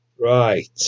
Right